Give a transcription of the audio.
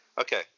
Okay